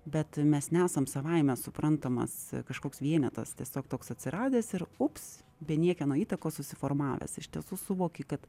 bet mes nesam savaime suprantamas kažkoks vienetas tiesiog toks atsiradęs ir ups be niekieno įtakos susiformavęs iš tiesų suvoki kad